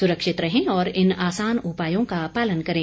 सुरक्षित रहें और इन आसान उपायों का पालन करें